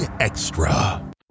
Extra